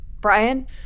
Brian